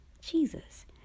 Jesus